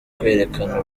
kwerekana